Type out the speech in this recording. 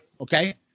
okay